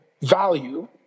value